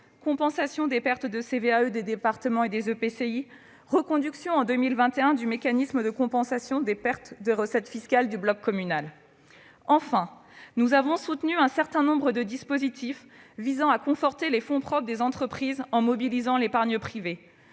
compensation des pertes de CVAE des départements et des EPCI ; reconduction en 2021 du mécanisme de compensation des pertes de recettes fiscales du bloc communal. Enfin, nous avons soutenu un certain nombre de dispositifs visant à conforter les fonds propres des entreprises en mobilisant l'épargne privée